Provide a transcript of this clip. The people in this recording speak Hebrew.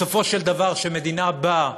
בסופו של דבר כשמדינה באה